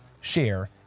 share